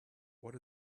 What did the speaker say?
what